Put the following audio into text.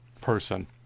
person